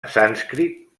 sànscrit